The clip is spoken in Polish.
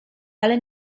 ale